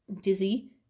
dizzy